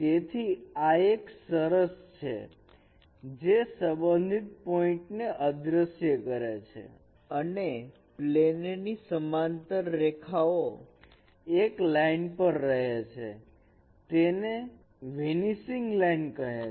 તેથી આ એક સરસ છે જે સંબંધિત પોઇન્ટને અદ્રશ્ય કરે છે અને પ્લેન ની સમાંતર રેખાઓ એક લાઈન પર રહે છે તેને વેનિશિંગ લાઇન કહે છે